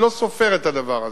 אני לא סופר את הדבר הזה,